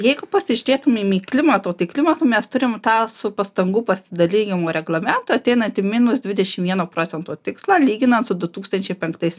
jeigu pasižiūrėtumėm į klimato tai klimato mes turim tą su pastangų pasidalijimo reglamentu ateinantį minus dvidešim vieno procento tikslą lyginant su du tūkstančiai penktais